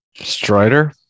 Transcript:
Strider